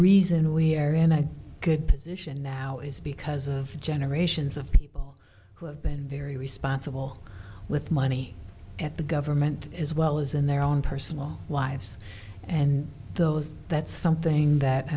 reason we are in a good position now is because of generations of people who have been very responsible with money at the government as well as in their own personal lives and those that's something that i